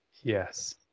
Yes